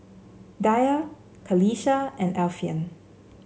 Dhia Qalisha and Alfian